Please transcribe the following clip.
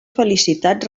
felicitat